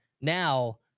Now